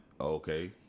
okay